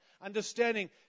understanding